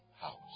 house